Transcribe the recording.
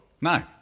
No